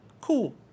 Cool